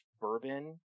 bourbon